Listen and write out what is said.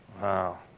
Wow